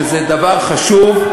שזה דבר חשוב,